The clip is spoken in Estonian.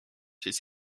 siis